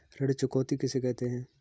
ऋण चुकौती किसे कहते हैं?